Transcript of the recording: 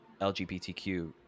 LGBTQ